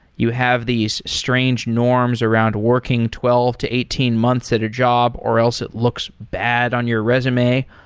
you have these strange norms around working twelve to eighteen months at a job, or else it looks bad on your resume.